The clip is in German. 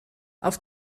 auf